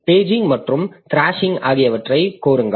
paging மற்றும் thrashing ஆகியவற்றைக் கோருங்கள்